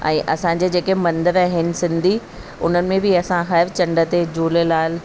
ऐं असांजे जेके मंदर आहिनि सिंधी उन्हनि में बि असां हर चंड ते झूलेलाल